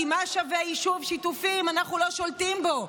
כי מה שווה יישוב שיתופי אם אנחנו לא שולטים בו?